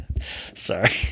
Sorry